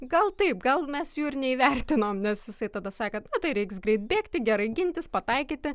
gal taip gal mes jų ir neįvertinom nes jisai tada sako kad na tai reiks greit bėgti gerai gintis pataikyti